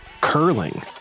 curling